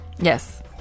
Yes